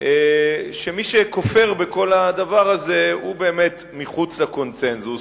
שמי שכופר בכל הדבר הזה הוא באמת מחוץ לקונסנזוס,